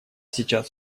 сейчас